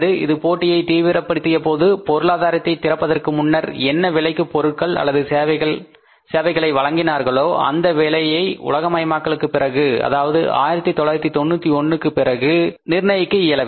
இது போட்டியை தீவிரப்படுத்தியபோது பொருளாதாரத்தைத் திறப்பதற்கு முன்னர் என்ன விலைக்கு பொருட்கள் அல்லது சேவைகளை வழங்கினார்கலோ அந்த விலையை உலகமயமாக்கலுக்குப் பிறகு அதாவது 1991க்கு பிறகு நிர்ணயிக்க இயலவில்லை